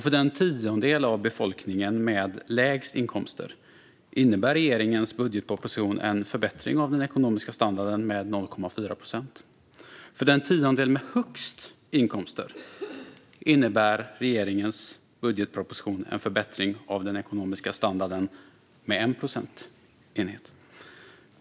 För den tiondel av befolkningen som har lägst inkomster innebär regeringens budgetproposition en förbättring av den ekonomiska standarden med 0,4 procent. För den tiondel som har högst inkomster innebär regeringens budgetproposition en förbättring av den ekonomiska standarden med 1 procent.